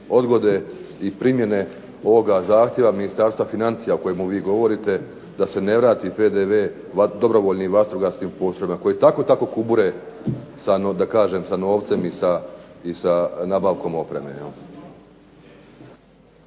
odgode i primjene ovoga zahtjeva Ministarstva financija, o kojemu vi govorite, da se ne vrati PDV dobrovoljnim vatrogasnim postrojbama koje i tako tako kubure sa novcem i nabavkom opreme.